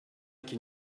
qu’il